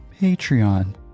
Patreon